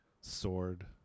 Sword